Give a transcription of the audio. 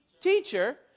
teacher